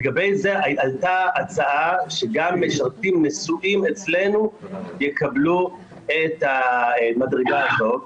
לגבי זה עלתה הצעה שגם משרתים נשואים אצלנו יקבלו את המדרגה הזו.